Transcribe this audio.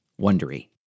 wondery